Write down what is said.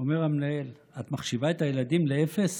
אומר המנהל: את מחשיבה את הילדים לאפס